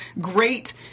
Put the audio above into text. great